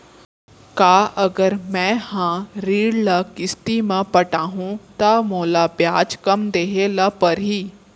का अगर मैं हा ऋण ल किस्ती म पटाहूँ त मोला ब्याज कम देहे ल परही?